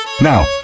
Now